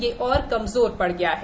यह और कमजोर पड़ गया है